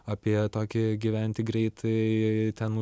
apie tokį gyventi greitai ten